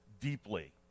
deeply